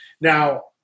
Now